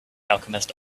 alchemist